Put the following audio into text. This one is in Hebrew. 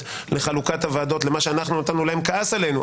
לחלוקת הוועדות למה שאנחנו נתנו להם כעס עלינו.